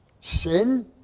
sin